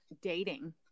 dating